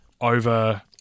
over